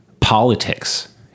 politics